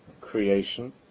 creation